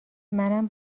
منم